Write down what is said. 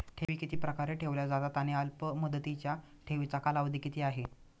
ठेवी किती प्रकारे ठेवल्या जातात आणि अल्पमुदतीच्या ठेवीचा कालावधी किती आहे?